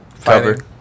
covered